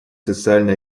социально